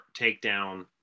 takedown